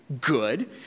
good